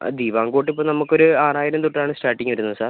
ദിവാൻ cot ഇപ്പം നമുക്ക് ഒരു ആറായിരം തൊട്ടാണ് സ്റ്റാർട്ടിങ് വരുന്നത് സാർ